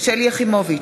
שלי יחימוביץ,